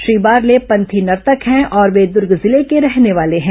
श्री बारले पंथी नर्तक है और वे द्र्ग जिले के रहने वाले हैं